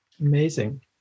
Amazing